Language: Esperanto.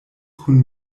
kun